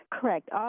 Correct